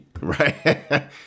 right